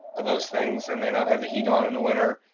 of those things, and they don't have the heater on in the winter,